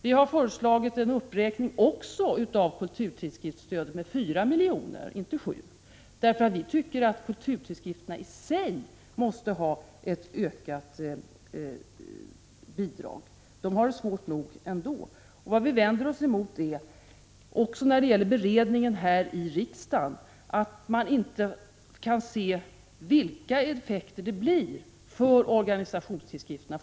Vi har föreslagit en uppräkning också av kulturtidskriftsstödet med 4 milj. , inte 7, därför att vi tycker att kulturtidskrifterna i sig måste få ett ökat bidrag. De har det svårt nog ändå. Vad vi vänder oss emot, också när det gäller beredningen här i riksdagen, är att man inte kan se vilka effekter det blir för organisationstidskrifterna.